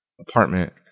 apartment